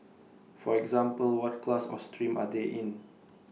for example what class or stream are they in